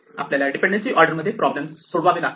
आपल्याला dependency order मध्ये sub problem सोडवावे लागतात